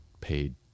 paid